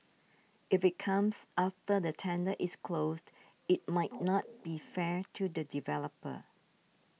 if it comes after the tender is closed it might not be fair to the developer